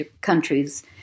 countries